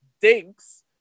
Dinks